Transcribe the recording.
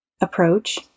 Approach